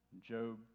Job